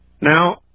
Now